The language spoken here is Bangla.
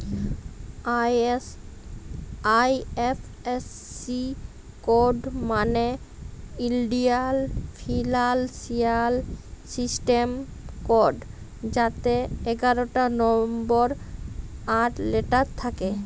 আই.এফ.এস.সি কড মালে ইলডিয়াল ফিলালসিয়াল সিস্টেম কড যাতে এগারটা লম্বর আর লেটার থ্যাকে